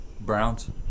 browns